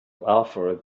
offer